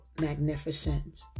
magnificent